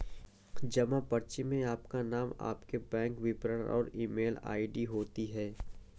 जमा पर्ची में आपका नाम, आपके बैंक विवरण और ईमेल आई.डी होती है